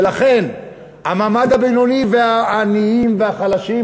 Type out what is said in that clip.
ולכן המעמד הבינוני והעניים והחלשים,